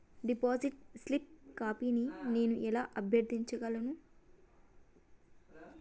Deposit slip కాపీని నేను ఎలా అభ్యర్థించగలను?